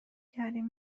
کردیم